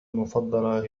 المفضلة